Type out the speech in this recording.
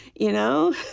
you know?